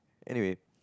anyway